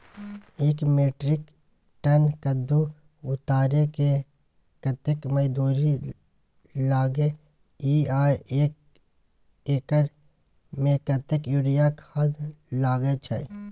एक metric ton कद्दू उतारे में कतेक मजदूरी लागे इ आर एक एकर में कतेक यूरिया खाद लागे छै?